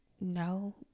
no